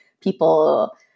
people